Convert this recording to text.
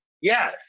Yes